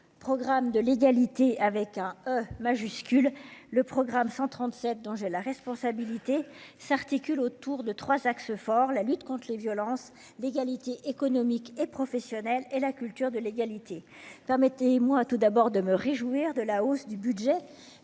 programme de l'égalité avec un E majuscule le programme 137 dont j'ai la responsabilité s'articule autour de 3 axes forts : la lutte contre les violences d'égalité économique et professionnelle et la culture de l'égalité, permettez-moi tout d'abord de me réjouir de la hausse du budget